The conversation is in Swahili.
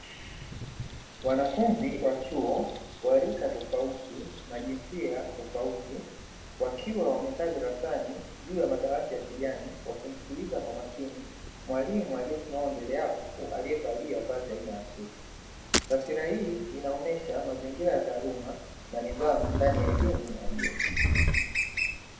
Wanafunzi wa chuo wa rika tofauti na jinsia tofauti wakiwa wamekaa darasani juu ya madawati ya kijani, wakimsikiliza kwa makini mwalimu aliesimama mbele yao alievalia vazi aina ya suti, taswira hii inaonyesha mazingira ya taaluma na nidhamu ndani ya elimu ya juu.